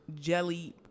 jelly